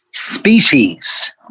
Species